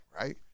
right